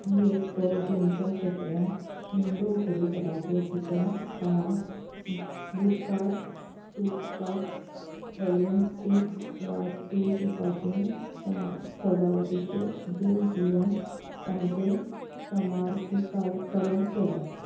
इ एस प दोनच्या शेंकड्यांत इंडो ग्रीक राजवटीच्या काळांत बुटकार स्तुपाक हॉलेनिस्टीक वास्तुशिल्पाचे सजावटींची जोड दिवन ताचें समारकीकारण केलें